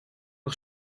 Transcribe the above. nog